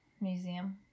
Museum